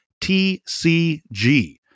TCG